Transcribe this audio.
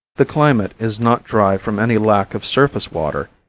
the climate is not dry from any lack of surface water,